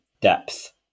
depth